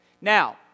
Now